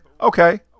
okay